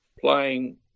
playing